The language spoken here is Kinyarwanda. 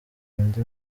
indi